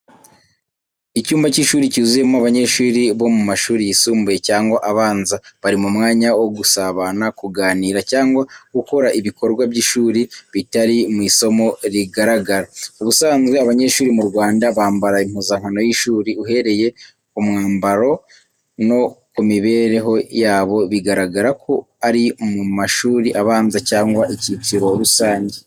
Icyumba cy’ishuri cyuzuyemo abanyeshuri bo mu mashuri yisumbuye cyangwa abanza, bari mu mwanya wo gusabana, kuganira cyangwa gukora ibikorwa by’ishuri bitari mu isomo rigaragara. Ubusanzwe abanyeshuri mu Rwanda bambara impuzankano y’ishuri. Uhereye ku mwambaro no ku mibereho yabo, bigaragara ko ari mu mashuri abanza cyangwa icyiciro rusange.